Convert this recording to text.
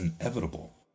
inevitable